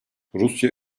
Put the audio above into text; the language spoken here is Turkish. rusya